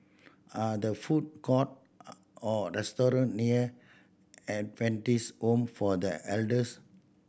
are the food court or restaurant near Adventist Home for The Elders